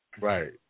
Right